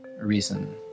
reason